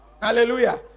Hallelujah